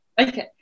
Okay